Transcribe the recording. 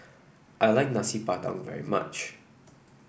I like Nasi Padang very much